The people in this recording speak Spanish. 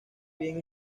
bien